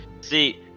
see